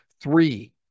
Three